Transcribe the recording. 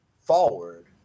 forward